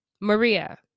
Maria